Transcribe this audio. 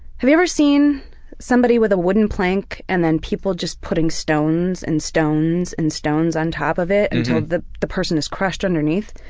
have you ever seen somebody with a wooden plank and then people just putting stones, and stones, and stones on top of it until the the person is crushed underneath?